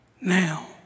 now